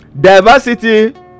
diversity